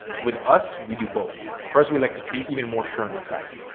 with us, we do both. first we'd like to be even more sure in our tracking.